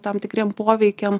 tam tikriem poveikiam